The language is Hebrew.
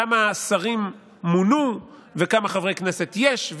כמה שרים מונו וכמה חברי כנסת יש,